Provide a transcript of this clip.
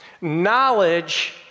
Knowledge